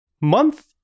month